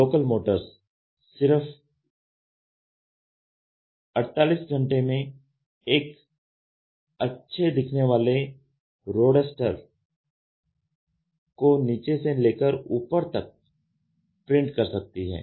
local Motors सिर्फ 48 घंटे में एक अच्छे दिखने वाले रोडस्टर को नीचे से लेकर ऊपर तक प्रिंट कर सकती है